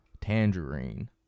Tangerine